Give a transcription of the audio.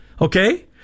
Okay